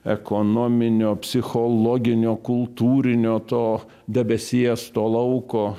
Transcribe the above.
ekonominio psichologinio kultūrinio to debesies to lauko